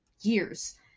years